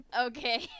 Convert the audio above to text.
Okay